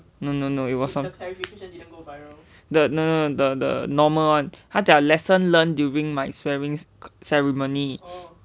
no no no it wasn't the no no the the normal one 他讲 lesson learnt during my swearing ceremony